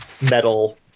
metal